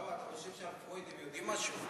למה, אתה חושב שעל פרויד הם יודעים משהו?